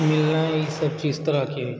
मिलना ईसभ चीज ई तरहके